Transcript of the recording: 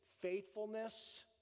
faithfulness